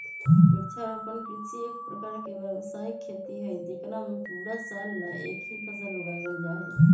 वृक्षारोपण कृषि एक प्रकार के व्यावसायिक खेती हई जेकरा में पूरा साल ला एक ही फसल उगावल जाहई